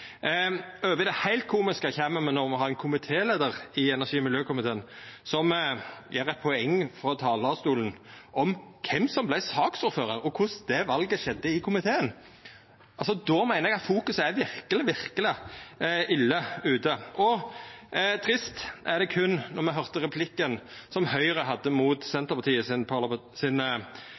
Over i det heilt komiske kjem me når me har ein komitéleiar i energi- og miljøkomiteen som gjer eit poeng frå talarstolen av kven som vart saksordførar og korleis det valet skjedde i komiteen. Då meiner eg at fokuset er verkeleg, verkeleg ille ute. Og det var berre trist då me høyrde replikken Høgre hadde mot